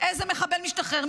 איזה מחבל משתחרר.